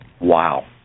Wow